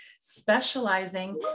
specializing